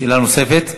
שאלה נוספת.